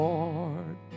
Lord